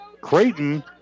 Creighton